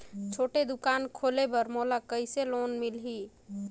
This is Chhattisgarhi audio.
छोटे दुकान खोले बर मोला कइसे लोन मिलही?